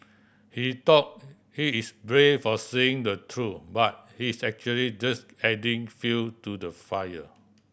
he thought he is brave for saying the truth but he is actually just adding fuel to the fire